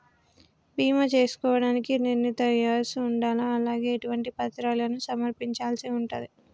బీమా చేసుకోవడానికి నిర్ణీత వయస్సు ఉండాలా? అలాగే ఎటువంటి పత్రాలను సమర్పించాల్సి ఉంటది?